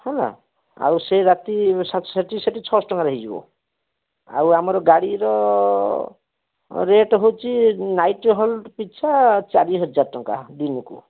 ହେଲା ଆଉ ସେ ରାତି ସେଠି ଛଅଶହ ଟଙ୍କାରେ ହେଇଯିବ ଆଉ ଆମର ଗାଡ଼ିର ରେଟ୍ ହେଉଛି ନାଇଟ୍ ହଲ୍ଟ୍ ପିଛା ଚାରି ହଜାର ଟଙ୍କା ଦିନକୁ